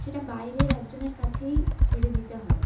সেটা বাইরের একজনের কাছেই ছেড়ে দিতে হয়